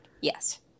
yes